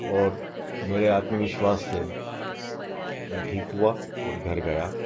और मेरे आत्मविश्वास से मैं ठीक हुआ और घर गया